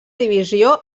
divisió